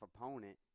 opponent